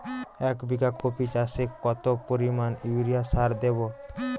এক বিঘা কপি চাষে কত পরিমাণ ইউরিয়া সার দেবো?